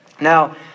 Now